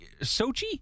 Sochi